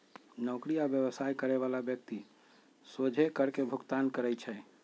नौकरी आ व्यवसाय करे बला व्यक्ति सोझे कर के भुगतान करइ छै